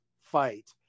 fight